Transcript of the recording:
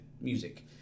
music